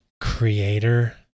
creator